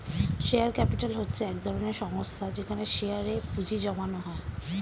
share capital হচ্ছে এক ধরনের সংস্থা যেখানে শেয়ারে এ পুঁজি জমানো হয়